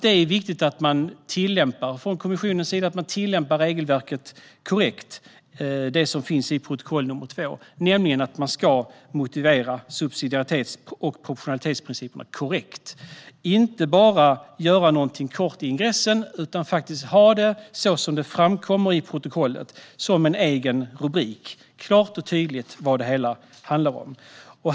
Det är viktigt att kommissionen tillämpar regelverket korrekt, det som finns i protokoll nr 2, nämligen att man ska motivera subsidiaritets och proportionalitetsprinciperna korrekt, inte bara göra något kort i ingressen utan faktiskt göra det, så som det framgår av protokollet, som en egen rubrik. Det ska vara klart och tydligt vad det hela handlar om.